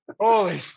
Holy